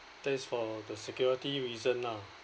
that it's for the security reason lah